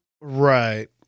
Right